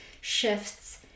shifts